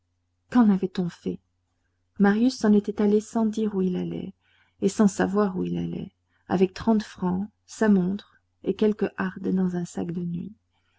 qu'en avait-on fait marius s'en était allé sans dire où il allait et sans savoir où il allait avec trente francs sa montre et quelques hardes dans un sac de nuit